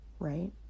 right